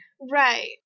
right